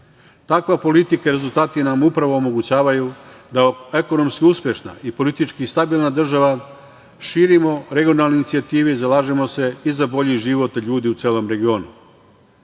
Takva politika i rezultati nam upravo omogućavaju da kao ekonomski uspešna i politički stabilna država širimo regionalne inicijative i zalažemo se i za bolji život ljudi u celom regionu.